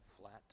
flat